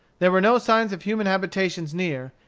there were no signs of human habitations near,